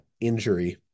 injury